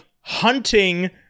hunting